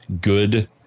good